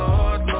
Lord